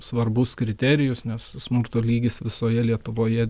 svarbus kriterijus nes smurto lygis visoje lietuvoje